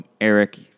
Eric